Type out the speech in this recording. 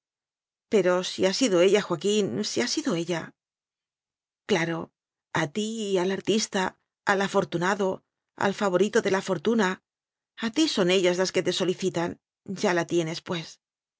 pero si ha sido ella joaquín si ha sido ella claro a ti al artista al afortunado al favorito de la fortuna a ti son ellas las que te solicitan ya la tienes pues